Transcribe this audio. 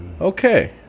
okay